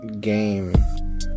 game